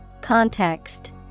Context